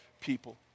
people